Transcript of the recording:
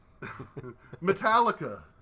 Metallica